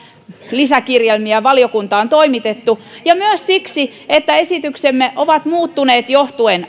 lisäkirjelmiä valiokuntaan toimitettu ja myös siksi että esityksemme ovat muuttuneet johtuen